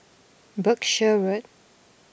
Berkshire Road